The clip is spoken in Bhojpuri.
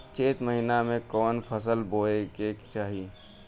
चैत महीना में कवन फशल बोए के चाही?